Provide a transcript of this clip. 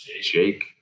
Jake